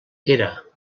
era